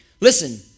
Listen